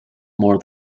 more